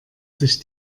sich